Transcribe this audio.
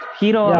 hero